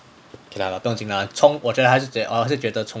okay lah 不用紧的 lah chong 我觉得还是我还是觉 chong yun 比较好